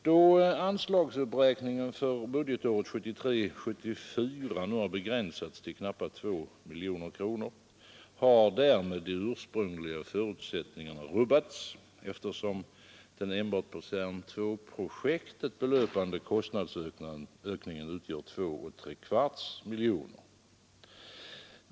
Då anslagsuppräkningen för budgetåret 1973/74 nu begränsats till knappt 2 miljoner kronor, har därmed de ursprungliga förutsättningarna rubbats, eftersom den enbart på CERN-II-projektet belöpande kostnadsökningen utgör 2,75 miljoner kronor.